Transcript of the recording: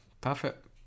perfect